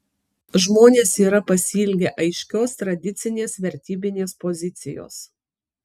žmonės yra pasiilgę aiškios tradicinės vertybinės pozicijos